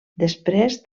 després